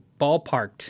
ballparked